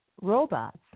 robots